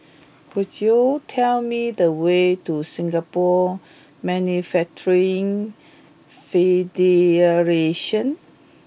could you tell me the way to Singapore Manufacturing Federation